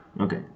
Okay